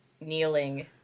kneeling